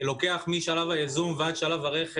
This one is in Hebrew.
משלב הייזום ועד שלב הרכש,